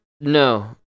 No